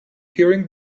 hearing